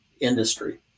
industry